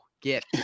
Get